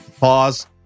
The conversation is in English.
Pause